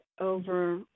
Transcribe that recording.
over